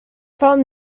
from